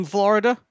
Florida